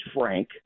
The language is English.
Frank